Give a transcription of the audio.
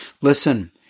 Listen